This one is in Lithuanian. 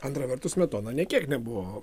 antra vertus smetona nė kiek nebuvo